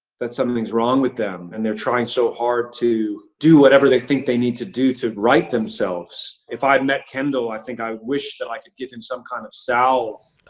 that something's wrong with them, and they're trying so hard to do whatever they think they need to do to right themselves. if i met kendall, i think i would wish that i could give him some kind of salve,